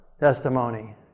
testimony